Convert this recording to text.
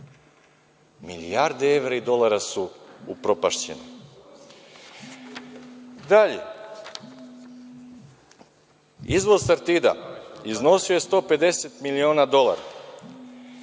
milijarde evra i dolara su upropašćeni. Dalje, izvoz „Sartida“ iznosio je 150 miliona dolara.